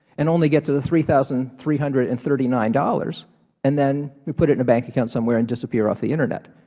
and only gets to three thousand three hundred and thirty nine dollars and then will put it in a bank account somewhere and disappear off the internet.